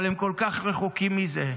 אבל הם כל כך רחוקים מזה.